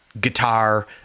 guitar